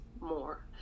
more